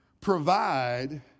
provide